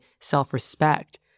self-respect